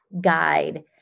guide